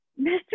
Mr